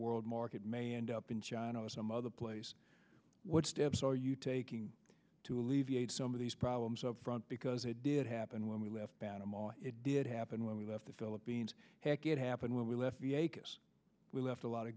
world market may end up in china or some other place what steps are you taking to alleviate some of these problems up front because it did happen when we left panama it did happen when we left the philippines heck it happened when we left we left a lot of